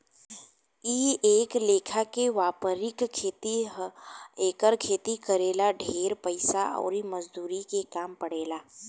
इ एक लेखा के वायपरिक खेती ह एकर खेती करे ला ढेरे पइसा अउर मजदूर के काम पड़ेला